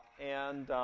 and.